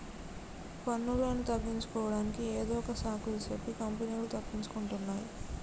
పన్నులను తగ్గించుకోడానికి ఏదొక సాకులు సెప్పి కంపెనీలు తప్పించుకుంటున్నాయ్